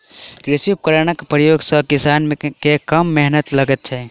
कृषि उपकरणक प्रयोग सॅ किसान के कम मेहनैत लगैत छै